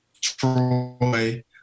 Troy